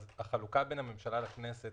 אז החלוקה בין הממשלה לכנסת,